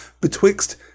betwixt